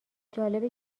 جالبه